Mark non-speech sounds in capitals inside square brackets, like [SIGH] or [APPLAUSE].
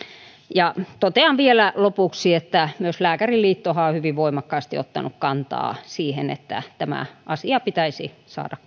totean vielä lopuksi että myös lääkäriliittohan on hyvin voimakkaasti ottanut kantaa siihen että tämä asia pitäisi saada [UNINTELLIGIBLE]